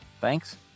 Thanks